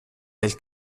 del